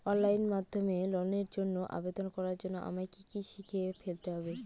Online মাধ্যমে লোনের জন্য আবেদন করার জন্য আমায় কি কি শিখে ফেলতে হবে?